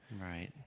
right